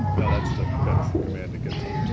no, that's the that's the command, to get some.